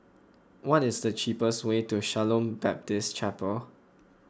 what is the cheapest way to Shalom Baptist Chapel